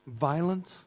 Violence